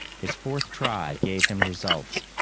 his fourth try gave him results.